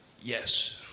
Yes